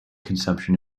consumption